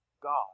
God